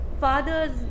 fathers